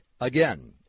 Again